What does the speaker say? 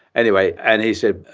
anyway, and he said,